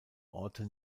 orte